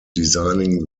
designing